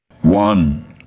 One